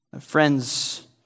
Friends